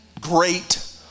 great